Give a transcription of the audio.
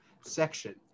section